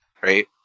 right